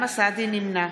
נמנע